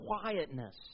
quietness